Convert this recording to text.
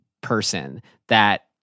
person—that